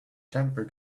temper